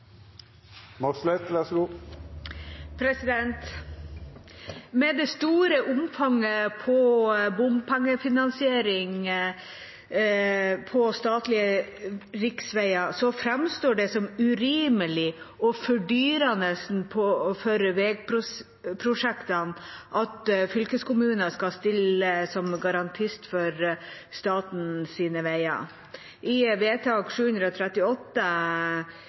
les regjeringsplattforma, så får ein dei svara ein treng på dette – det er i det heile ingenting nytt i det. Med det store omfanget av bompengefinansiering på statlige riksveier framstår det som urimelig og fordyrende for veiprosjektene at fylkeskommuner skal stille som garantist for statens veier.